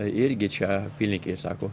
irgi čia apylinkėj sako